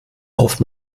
auf